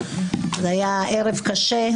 זה היה ערב קשה.